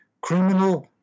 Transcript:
criminal